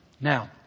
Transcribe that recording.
Now